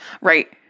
Right